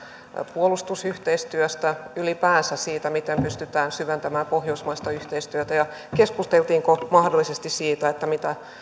puolustusyhteistyöstä ylipäänsä siitä miten pystytään syventämään pohjoismaista yhteistyötä ja keskusteltiinko mahdollisesti siitä mitä